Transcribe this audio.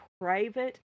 private